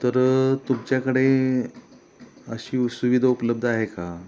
तर तुमच्याकडे अशी सुविधा उपलब्ध आहे का